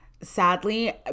sadly